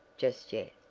just yet.